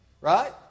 Right